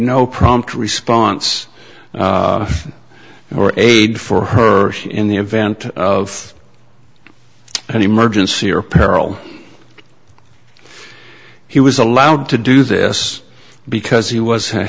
no prompt response or aid for her in the event of and emergency or peril he was allowed to do this because he was